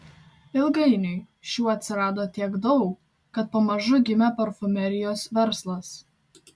ilgainiui šių atsirado tiek daug kad pamažu gimė parfumerijos verslas